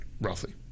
roughly